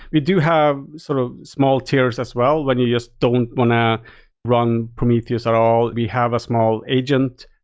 we do have sort of small tiers as well when you just don't want to run prometheus at all. we have a small agent,